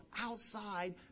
outside